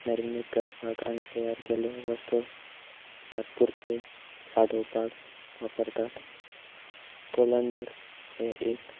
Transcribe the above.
marinate करपाक आनी तयार केल्ले वस्तू तात्पुरते साठोवपाक वापरतात कोलंदर हें एक